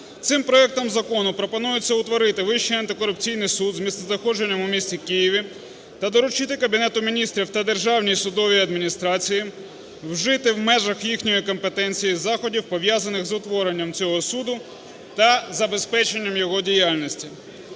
Цим проектом закону пропонується утворити Вищій антикорупційний суд з місцезнаходженням у місті Києві та доручити Кабінету Міністрів та Державній судовій адміністрації вжити в межах їхньої компетенції заходів, пов'язаних з утворенням цього суду та забезпеченням його діяльності.